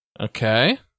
Okay